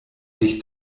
nicht